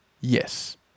yes